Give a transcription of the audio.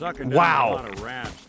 Wow